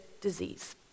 disease